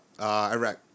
Iraq